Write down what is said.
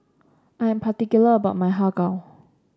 I'm particular about my Har Kow